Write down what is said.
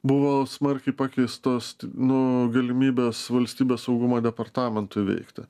buvo smarkiai pakeistos nu galimybės valstybės saugumo departamentui veikti